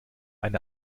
eine